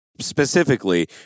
specifically